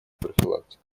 профилактика